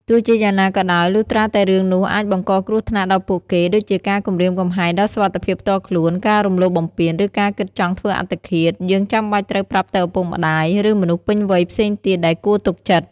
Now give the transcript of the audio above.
ទោះជាយ៉ាងណាក៏ដោយ លុះត្រាតែរឿងនោះអាចបង្កគ្រោះថ្នាក់ដល់ពួកគេ ដូចជាការគំរាមកំហែងដល់សុវត្ថិភាពផ្ទាល់ខ្លួន ការរំលោភបំពាន ឬការគិតចង់ធ្វើអត្តឃាត យើងចាំបាច់ត្រូវប្រាប់ទៅឪពុកម្តាយ ឬមនុស្សពេញវ័យផ្សេងទៀតដែលគួរទុកចិត្ត។